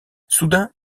soudain